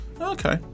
Okay